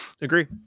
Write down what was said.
agree